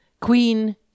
queen